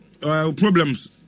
problems